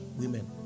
women